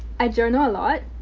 i journal a lot.